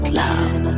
love